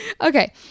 okay